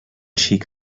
xic